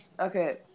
Okay